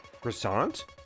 croissant